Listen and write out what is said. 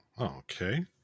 Okay